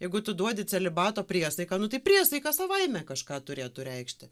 jeigu tu duodi celibato priesaiką nu tai priesaika savaime kažką turėtų reikšti